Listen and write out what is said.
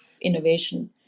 innovation